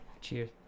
cheers